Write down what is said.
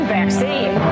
vaccine